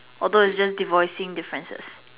although it's just devoicing differences